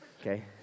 Okay